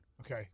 Okay